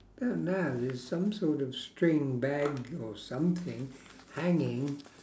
behind that is some sort of string bag or something hanging